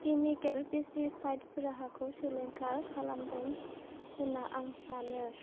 chemical pesticide राहाखौ सिलिंखार खालामदों होनना आं सानो